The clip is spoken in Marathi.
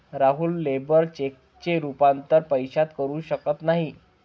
राहुल लेबर चेकचे रूपांतर पैशात करू शकत नाही